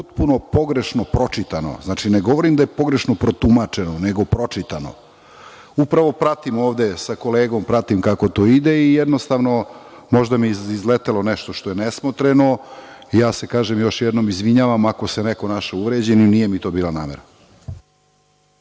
potpuno pogrešno pročitano. Znači, ne govorim da je pogrešno protumačeno, nego pročitano. Upravo pratim ovde sa kolegom kako to ide i jednostavno, možda mi je izletelo nešto što je nesmotreno. Još jednom se izvinjavam ako se neko našao uvređenim. Nije mi to bila namera.